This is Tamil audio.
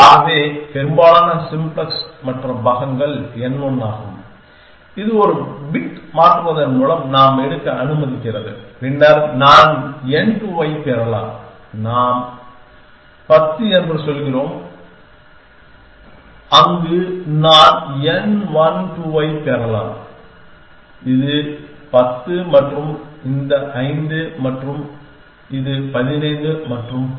ஆகவே பெரும்பாலான சிம்ப்ளக்ஸ் மற்ற பாகங்கள் n1 ஆகும் இது ஒரு பிட் மாற்றுவதன் மூலம் நாம் எடுக்க அனுமதிக்கிறது பின்னர் நான் n 2 ஐப் பெறலாம் நம் 10 என்று சொல்கிறோம் அங்கு நான் n 1 2 ஐப் பெறலாம் இது 10 மற்றும் இந்த 5 இது 15 மற்றும் பல